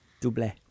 Double